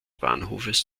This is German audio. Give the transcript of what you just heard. bahnhofes